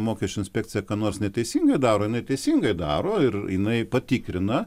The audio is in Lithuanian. mokesčių inspekcija ką nors neteisingai daro jinai teisingai daro ir jinai patikrina